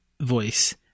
voice